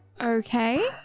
Okay